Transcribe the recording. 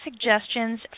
suggestions